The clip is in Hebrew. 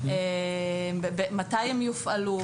מתי הן יופעלו,